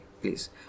please